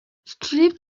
strip